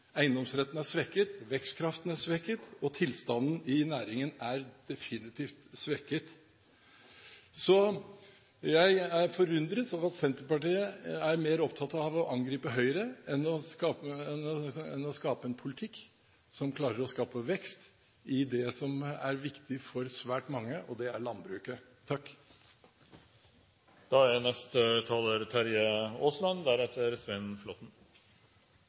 Eiendomsretten er svekket, vekstkraften er svekket, og tilstanden i næringen er definitivt svekket. Jeg er forundret over at Senterpartiet er mer opptatt av å angripe Høyre enn å skape en politikk som klarer å skape vekst i det som er viktig for svært mange, og det er landbruket. Det er én ting man kan merke seg, i hvert fall fra debatten, og det er